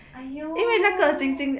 !aiyo!